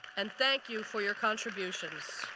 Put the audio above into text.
and thank you for your contributions.